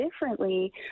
differently